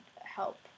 help